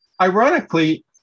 ironically